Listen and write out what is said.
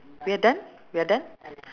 fourteen years ago ah